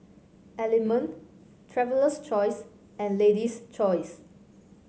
Element Traveler's Choice and Lady's Choice